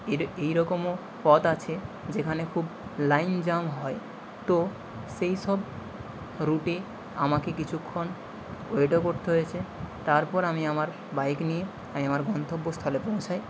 এই র এই রকমও পথ আছে যেখানে খুব লাইন জাম হয় তো সেই সব রুটে আমাকে কিছুক্ষণ ওয়েটও করতে হয়েছে তারপর আমি আমার বাইক নিয়ে আমি আমার গন্তব্যস্থলে পৌঁছাই